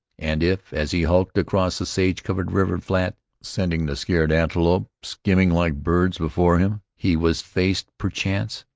and if, as he hulked across the sage-covered river-flat sending the scared antelope skimming like birds before him, he was faced perchance,